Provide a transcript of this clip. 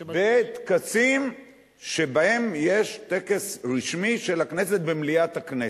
בטקסים שבהם יש טקס רשמי של הכנסת במליאת הכנסת.